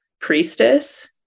priestess